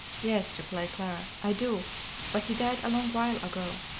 yes, replied clara, i do but he died a long while ago.